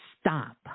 stop